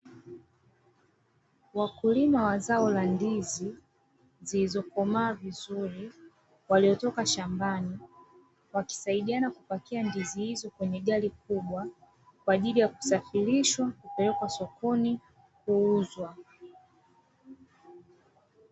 Wakulima wa zao la ndizi zilizokomaa vizuri waliotoka shambani, wakisaidana kupakia ndizi hizo kwenye gari kubwa kwa ajili ya kusafirishwa na kupelekwa sokoni kuuzwa